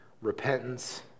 repentance